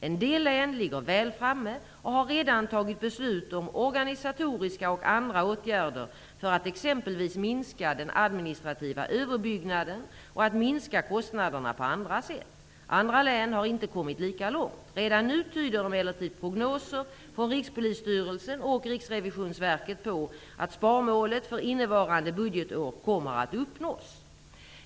En del län ligger väl framme och har redan tagit beslut om organisatoriska och andra åtgärder för att exempelvis minska den administrativa överbyggnaden och minska kostnaderna på andra sätt. Andra län har inte kommit lika långt. Redan nu tyder emellertid prognoser från Rikspolisstyrelsen och Riksrevisionsverket på att sparmålet för innevarande budgetår kommer att uppnås.